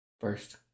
First